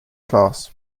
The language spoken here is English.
class